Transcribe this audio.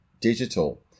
digital